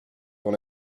dans